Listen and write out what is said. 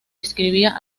escribía